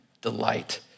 delight